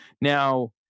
Now